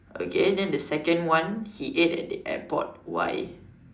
okay then the second he ate at the airport why